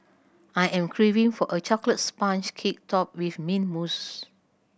I am craving for a chocolate sponge cake topped with mint mousse